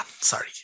sorry